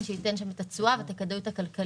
שייתן שם את התשואה ואת הכדאיות הכלכלית.